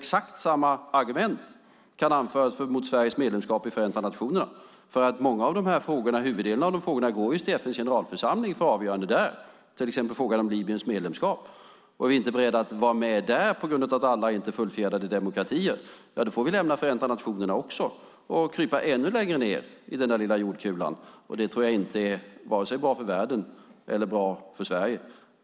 Exakt samma argument kan anföras mot Sveriges medlemskap i Förenta nationerna. Huvuddelen av frågorna går till FN:s generalförsamling för avgörande där, till exempel frågan om Libyens medlemskap. Är vi inte beredda att vara med där på grund av att alla inte är fullfjädrade demokratier då får vi lämna Förenta nationerna och krypa ännu längre ned i den där lilla jordkulan. Det tror jag inte är bra vare sig för världen eller för Sverige.